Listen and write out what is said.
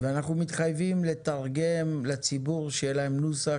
ואנחנו מתחייבים לתרגם לציבור שיהיה להם נוסח,